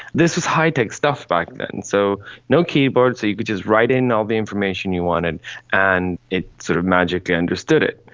this was high-tech stuff back then, so no keyboard, so you could just write in all the information you wanted and it sort of magically understood it.